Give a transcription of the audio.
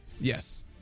Yes